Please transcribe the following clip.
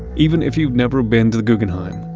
even if you've never been to the guggenheim,